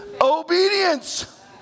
Obedience